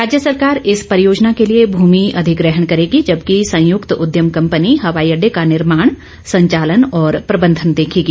राज्य सरकार इस परियोजना के लिए भूमि अधिग्रहण करेगी जबकि संयुक्त उद्यम कंपनी हवाई अड्डे का निर्माण संचालन और प्रबंधन देखेगी